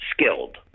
skilled